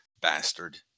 bastard